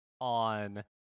on